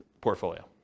portfolio